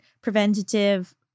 preventative